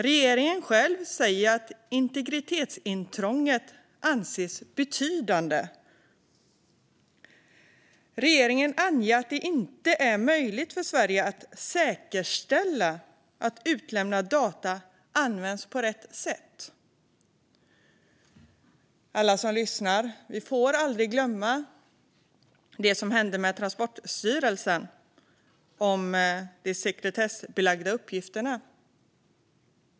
Regeringen själv säger "att integritetsintrånget kan anses betydande". Regeringen anger också att det inte är möjligt för Sverige att säkerställa att utlämnade data används på rätt sätt. Alla som lyssnar! Vi får aldrig glömma det som hände med Transportstyrelsen och de sekretessbelagda uppgifterna.